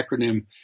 acronym